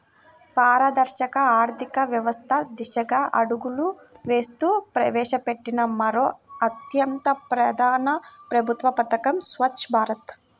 పారదర్శక ఆర్థిక వ్యవస్థ దిశగా అడుగులు వేస్తూ ప్రవేశపెట్టిన మరో అత్యంత ప్రధాన ప్రభుత్వ పథకం స్వఛ్చ భారత్